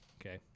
okay